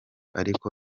ariko